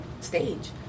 stage